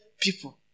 people